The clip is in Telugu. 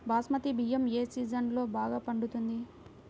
బాస్మతి బియ్యం ఏ సీజన్లో బాగా పండుతుంది?